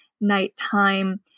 nighttime